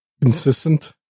consistent